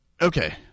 Okay